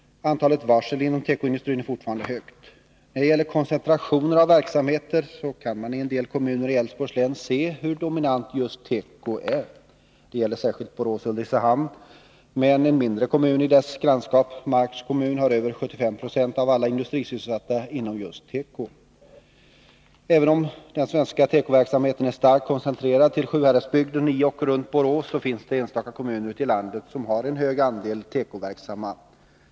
Antalet varsel inom tekoindustrin är fortfarande högt. När det gäller koncentrationer av verksamheter kan man i en del kommuner i Älvsborgs län se hur dominant just tekoverksamheten är. Det gäller särskilt Borås och Ulricehamn, men en mindre kommun i grannskapet, Marks kommun, har över 75 90 av alla industrisysselsatta inom just teko. Även om den svenska tekoverksamheten är starkt koncentrerad till Sjuhäradsbygden i och runt Borås så finns det enstaka kommuner ute i landet som har en hög andel tekoverksamma.